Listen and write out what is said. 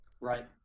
Right